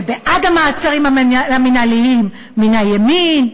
ובעד המעצרים המינהליים מן הימין.